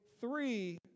three